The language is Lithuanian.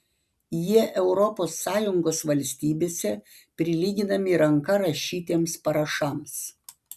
jie europos sąjungos valstybėse prilyginami ranka rašytiems parašams